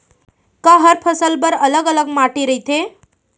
का हर फसल बर अलग अलग माटी रहिथे?